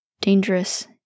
dangerous